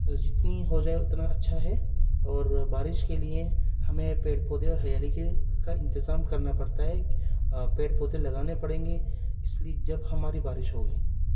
جتنی ہوجائے اتنا اچھا ہے اور بارش کے لیے ہمیں پیڑ پودے اور ہریالی کا انتظام کرنا پڑتا ہے پیڑ پودے لگانے پڑیں گے اس لیے جب ہماری بارش ہوگی